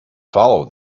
follow